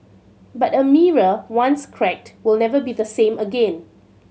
but a mirror once cracked will never be the same again